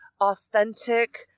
authentic